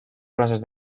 clases